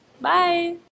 Bye